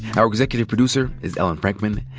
our executive producer is ellen frankman.